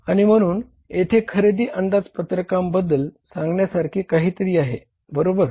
आणि म्हणून येथे खरेदी अंदाजपत्रकाबद्दल सांगण्यासारखे काहीतरी आहे बरोबर